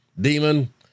demon